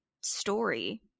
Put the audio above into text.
story